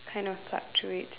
kind of fluctuates